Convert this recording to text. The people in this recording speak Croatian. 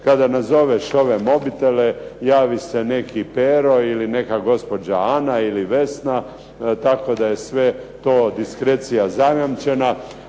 Kada nazoveš ove mobitele javi se neki Pero ili neka gospođa Ana ili Vesna tako da je sve to diskrecija zajamčena.